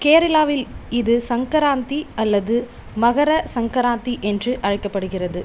கேரளாவில் இது சங்கராந்தி அல்லது மகர சங்கராந்தி என்று அழைக்கப்படுகிறது